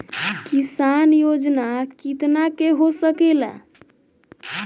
किसान योजना कितना के हो सकेला?